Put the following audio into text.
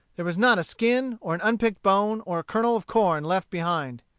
there was not a skin, or an unpicked bone, or a kernel of corn left behind.